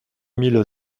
mille